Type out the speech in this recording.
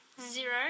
zero